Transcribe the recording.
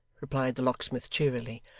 replied the locksmith cheerily,